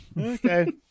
Okay